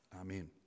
Amen